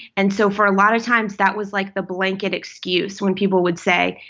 and so for a lot of times, that was, like, the blanket excuse when people would say,